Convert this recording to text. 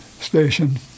station